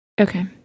Okay